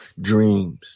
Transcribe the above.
dreams